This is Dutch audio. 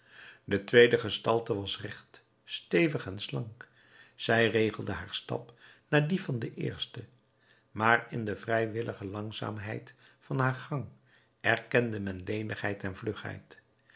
de tweede gestalte was recht stevig en slank zij regelde haar stap naar dien van de eerste maar in de vrijwillige langzaamheid van haar gang erkende men lenigheid en